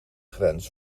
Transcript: grens